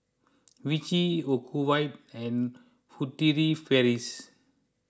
Vichy Ocuvite and Furtere Paris